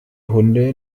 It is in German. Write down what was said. hunde